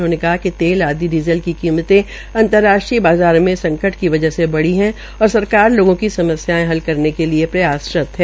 उन्होंने कहा कि तेल और डीज़ल की कीमते अंतर्राष्ट्रीय बाज़ार में संकट की वजह से बढ़ी है और सरकार लोगों की समस्या ये हल करने के लिये प्रयासरत है